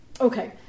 Okay